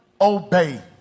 obey